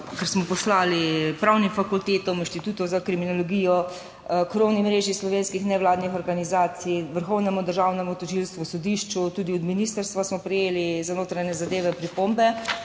ker smo poslali pravnim fakultetam, Inštitutu za kriminologijo, krovni mreži slovenskih nevladnih organizacij, Vrhovnemu državnemu tožilstvu, sodišču, tudi od Ministrstva za notranje zadeve smo prejeli